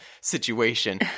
situation